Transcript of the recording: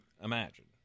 imagine